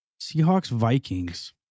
Seahawks-Vikings